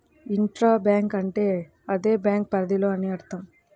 intra bank అంటే అదే bank పరిధిలో అని అర్థం